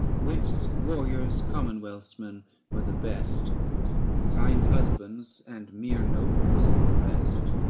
wits, warriors, commonwealth's-men were the best kind husbands and mere nobles all the rest.